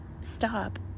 stop